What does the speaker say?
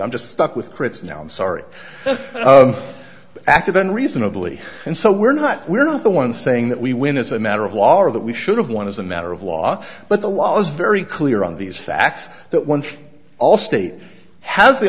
i'm just stuck with crits now i'm sorry act of unreasonably and so we're not we're not the one saying that we win as a matter of law or that we should have one as a matter of law but the law is very clear on these facts that when all state has the